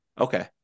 Okay